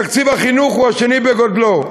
תקציב החינוך הוא השני בגודלו.